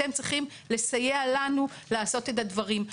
אתם צריכים לסייע לנו לעשות את הדברים.